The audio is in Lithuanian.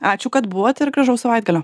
ačiū kad buvot ir gražaus savaitgalio